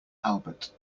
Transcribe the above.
albert